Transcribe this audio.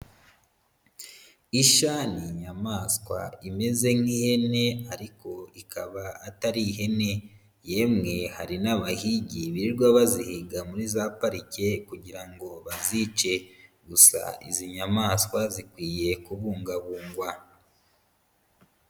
Ishya ni inyamaswa imeze nk'ihene ariko ikaba atari ihene. Yemwe hari n'abahigi birirwa bazihiga muri za parike kugira ngo bazice. Gusa izi nyamaswa zikwiye kubungabungwa.